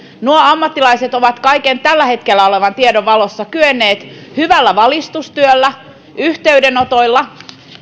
nuo ammattilaiset ovat kaiken tällä hetkellä olevan tiedon valossa kyenneet hyvällä valistustyöllä yhteydenotoilla